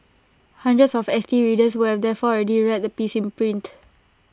hundreds of S T readers would have therefore already read the piece in print